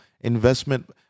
investment